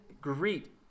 greet